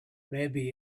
maybe